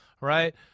Right